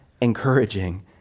encouraging